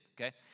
Okay